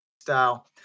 style